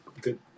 good